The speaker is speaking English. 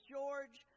George